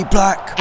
Black